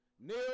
Neil